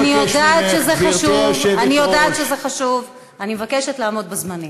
אני יודעת שזה חשוב, אני מבקשת לעמוד בזמנים.